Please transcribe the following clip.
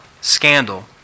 scandal